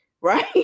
right